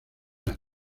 las